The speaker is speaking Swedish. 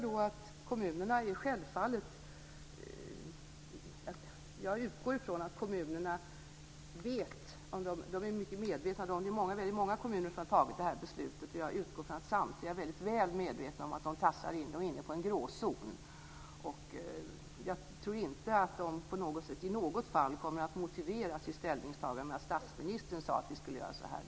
Det är väldigt många kommuner som har fattat det här beslutet. Jag utgår ifrån att samtliga är väldigt väl medvetna om att de tassar in i en gråzon. Jag tror inte att de i något fall kommer att motivera sitt ställningstagande med att statsministern sade att de skulle göra så här.